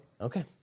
Okay